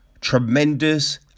Tremendous